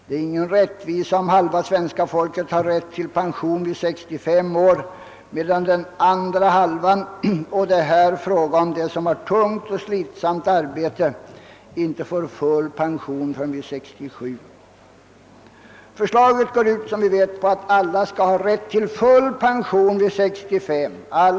Det är ingen rättvisa om halva svenska folket har rätt till pension vid 65 år, medan den andra halvan — det är då fråga om människor med tungt och slitsamt arbete — inte får full pension förrän vid 67 år. Förslaget går ut på att alla skall ha rätt till full pension vid 65 år.